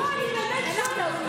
אין לך, לא, אני באמת שואלת אותך,